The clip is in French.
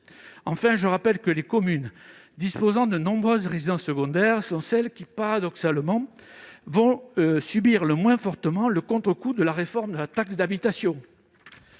Enfin, je rappelle que les communes disposant de nombreuses résidences secondaires sont celles qui, paradoxalement, vont subir le moins fortement le contrecoup de la réforme de la taxe d'habitation.